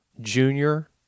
junior